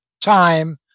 time